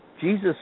Jesus